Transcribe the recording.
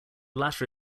latter